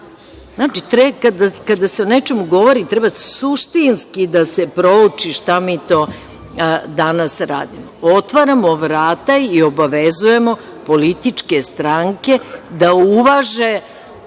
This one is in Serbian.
Kada se o nečemu govori treba suštinski da se prouči šta mi to danas radimo. Otvaramo vrata i obavezujemo političke stranke da uvaže